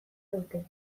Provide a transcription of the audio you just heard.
dute